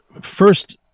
first